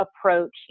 approach